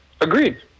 Agreed